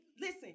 Listen